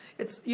it's, you